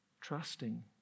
trusting